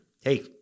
Hey